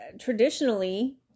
traditionally